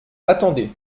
attendez